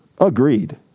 Agreed